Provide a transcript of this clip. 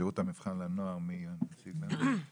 שירות המבחן לנוער, בבקשה.